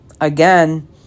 again